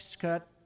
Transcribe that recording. cut